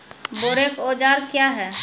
बोरेक औजार क्या हैं?